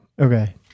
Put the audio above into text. Okay